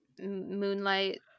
moonlight